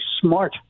smart